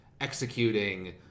executing